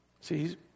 See